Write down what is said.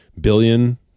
billion